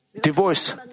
divorce